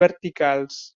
verticals